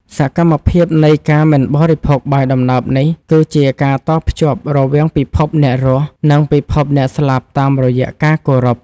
សកម្មភាពនៃការមិនបរិភោគបាយដំណើបនេះ គឺជាការតភ្ជាប់រវាងពិភពអ្នករស់ និងពិភពអ្នកស្លាប់តាមរយៈការគោរព។